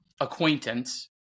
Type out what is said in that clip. acquaintance